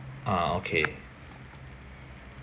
ah okay